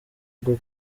bwo